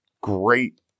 great